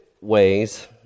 ways